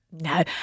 No